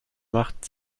macht